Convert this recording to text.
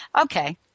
Okay